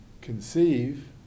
conceive